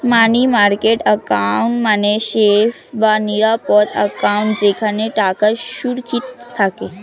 মানি market account মানে safe বা নিরাপদ অ্যাকাউন্ট যেখানে টাকা সুরক্ষিত থাকে